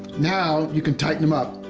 now, you can tighten em up.